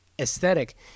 aesthetic